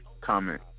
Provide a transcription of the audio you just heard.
Comment